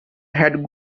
had